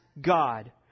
God